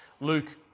Luke